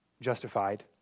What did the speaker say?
justified